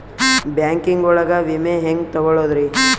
Banking ಒಳಗ ವಿಮೆ ಹೆಂಗ್ ತೊಗೊಳೋದ್ರಿ?